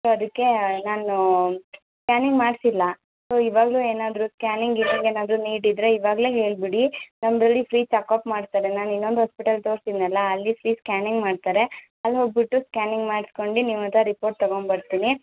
so ಅದಕ್ಕೆ ನಾನು scanning ಮಾಡಿಸಿಲ್ಲ ಸೊ ಇವಾಗಲೂ ಏನಾದರು ಸ್ಕ್ಯಾನಿಂಗ್ ಗೀನಿಂಗ್ ಏನಾದರು ನೀಡ್ ಇದ್ದರೆ ಇವಾಗಲೆ ಹೇಳಿಬಿಡಿ ನಮ್ದು ಅಲ್ಲಿ ಫ್ರೀ ಚಕಪ್ ಮಾಡ್ತಾರೆ ನಾನು ಇನ್ನೊಂದು ಹಾಸ್ಪಿಟಲ್ ತೋರಿಸಿದ್ನಲ ಅಲ್ಲಿ ಫ್ರೀ ಸ್ಕ್ಯಾನಿಂಗ್ ಮಾಡ್ತಾರೆ ಅಲ್ಲಿ ಹೋಗಿಬಿಟ್ಟು ಸ್ಕ್ಯಾನಿಂಗ್ ಮಾಡ್ಸ್ಕೊಂಡು ನಿಮ್ಮ ಹತ್ರ ರಿಪೋರ್ಟ್ ತೊಗೊಂಡ್ಬರ್ತೀನಿ